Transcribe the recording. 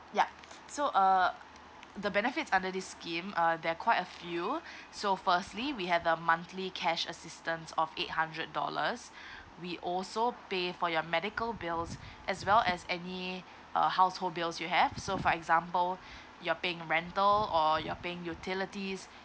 yup so uh the benefits under this scheme uh there're quite a few so firstly we have the monthly cash assistance of eight hundred dollars we also pay for your medical bills as well as any uh household bills you have so for example you're paying rental or you're paying utilities